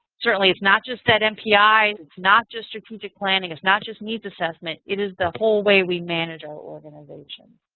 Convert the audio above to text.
certainly it's not just that npi. it's not just strategic planning. it's not just needs assessment. it is the whole way we manage our organization.